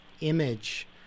image